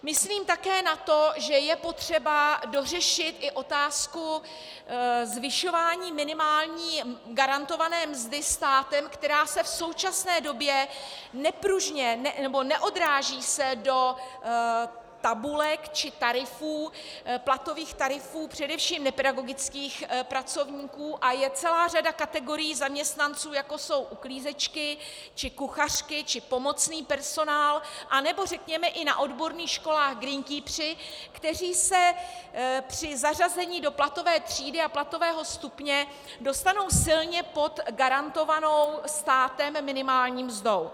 Myslím také na to, že je potřeba dořešit i otázku zvyšování minimální garantované mzdy státem, která se v současné době nepružně nebo neodráží se do tabulek či platových tarifů především nepedagogických pracovníků, a je celá řada kategorií zaměstnanců, jako jsou uklízečky či kuchařky či pomocný personál a nebo řekněme i na odborných školách greenkeepři, kteří se při zařazení do platové třídy a platového stupně dostanou silně pod garantovanou státem minimální mzdu.